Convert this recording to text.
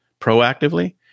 proactively